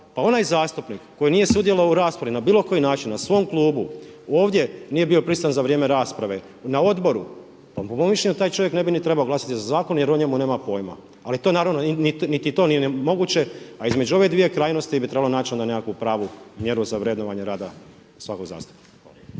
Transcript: pa onaj zastupnik koji nije sudjelovao u raspravi na bilo koji način, na svom klubu, ovdje nije bio prisutan za vrijeme rasprave, na odboru pa po mom mišljenju taj čovjek ne bi ni trebao glasati za zakon jer o njemu nema pojma. Ali to naravno, niti to nije moguće a između ove dvije krajnosti bi trebalo naći nekakvu pravu mjeru za vrednovanje rada svakog zastupnika.